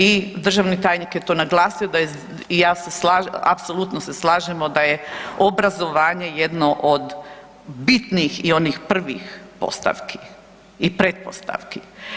I državni tajnik je to naglasio i ja se slažem, apsolutno se slažemo da je obrazovanje jedno od bitnih i onih prvih postavki i pretpostavki.